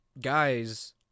guys